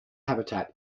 habitat